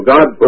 God